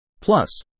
Plus